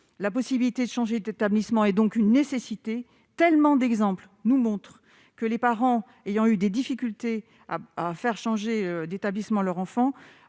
la possibilité de changer d'établissement est donc une nécessité tellement d'exemples nous montrent que les parents ayant eu des difficultés à faire changer d'établissement leur enfant